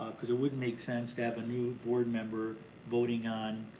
cause it wouldn't make sense to have a new board member voting on